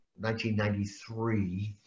1993